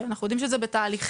ואנחנו יודעים שזה בתהליכים,